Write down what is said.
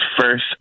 first